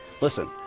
Listen